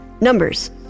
Numbers